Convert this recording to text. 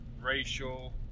racial